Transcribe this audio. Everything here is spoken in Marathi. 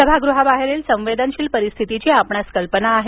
सभागृहाबाहेरील संवेदनशील परिस्थितीची आपणास कल्पना आहे